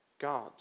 God